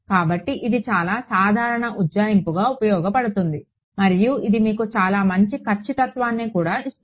కాబట్టి ఇది చాలా సాధారణ ఉజ్జాయింపుగా ఉపయోగించబడుతుంది మరియు ఇది మీకు చాలా మంచి ఖచ్చితత్వాన్ని కూడా ఇస్తుంది